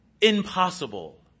Impossible